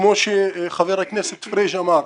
כמו שחבר הכנסת פריג' אמר,